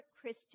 Christian